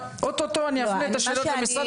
ואוטוטו אני אפנה את השאלות למשרד,